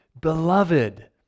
Beloved